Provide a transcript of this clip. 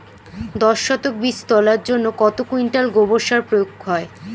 দশ শতক বীজ তলার জন্য কত কুইন্টাল গোবর সার প্রয়োগ হয়?